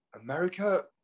America